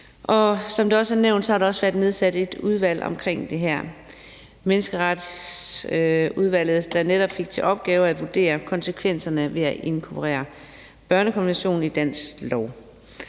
Som det også har været nævnt, har der også været nedsat et udvalg omkring det her, Menneskeretsudvalget, der netop fik til opgave at vurdere konsekvenserne af at inkorporere børnekonventionen i dansk lov.